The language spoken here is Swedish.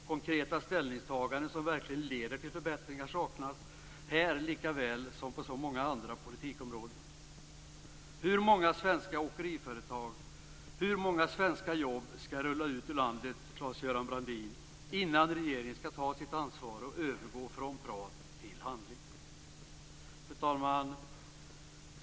Konkreta ställningstaganden som verkligen leder till förbättringar saknas här likaväl som på många andra politikområden. Hur många svenska åkeriföretag, hur många svenska jobb skall rulla ut ur landet, Claes-Göran Brandin, innan regeringen skall ta sitt ansvar och övergå från prat till handling? Fru talman!